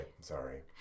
Sorry